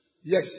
Yes